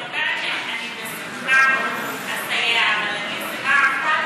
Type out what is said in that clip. אני אומרת שאני בשמחה אסייע אבל אני אשמח,